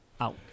out